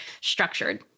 structured